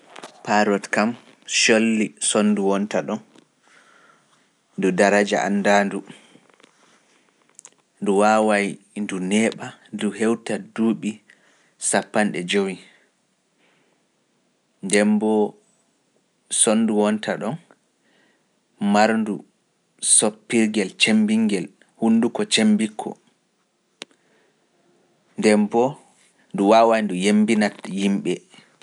Paarot kam colli sonndu wonta ɗon ndu daraja anndaandu ndu waawaay ndu neeɓa ndu hewtata duubi duddi. e ngel mari hunnduko cembiiko. Ndeen boo ndu waawa ndu yembina yimɓe.